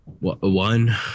one